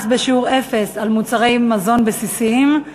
מס בשיעור אפס על מוצרי מזון בסיסיים),